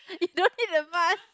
you don't need the mask